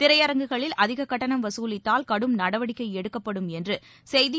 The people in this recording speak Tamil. திரையரங்குகளில் அதிக கட்டணம் வசூலித்தால் கடும் நடவடிக்கை எடுக்கப்படும் என்று செய்தி